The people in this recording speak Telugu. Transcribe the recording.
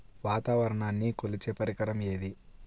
వాతావరణాన్ని కొలిచే పరికరం ఏది?